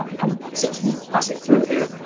and since we're passing through here,